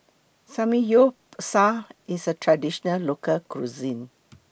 Samgyeopsal IS A Traditional Local Cuisine